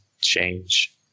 change